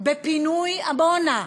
בפינוי עמונה,